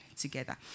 together